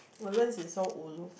Woodlands is so ulu